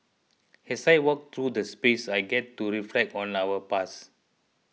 as I walk through the space I get to reflect on our past